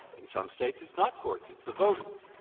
in some states it's not courts it's the voters.